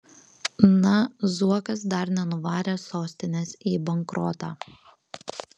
na zuokas dar nenuvarė sostinės į bankrotą